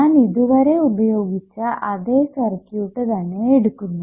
ഞാൻ ഇതുവരെ ഉപയോഗിച്ച അതേ സർക്യൂട്ട് തന്നെ എടുക്കുന്നു